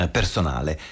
Personale